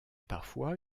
parfois